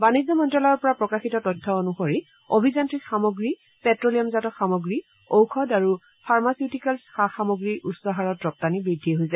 বানিজ্য মন্তালয়ৰ পৰা প্ৰকাশিত তথ্য অনুসৰি অভিযান্ত্ৰিক সামগ্ৰী প্টে লিয়ামজাত সামগ্ৰী ঔষধ আৰু ফাৰ্মাচিডটিকেলছ সা সামগ্ৰী উচ্চ হাৰত ৰপ্তানি বৃদ্ধি হৈছে